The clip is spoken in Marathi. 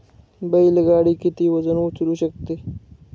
बैल गाडी किती वजन उचलू शकते?